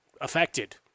affected